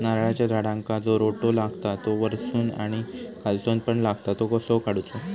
नारळाच्या झाडांका जो रोटो लागता तो वर्सून आणि खालसून पण लागता तो कसो काडूचो?